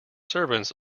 servants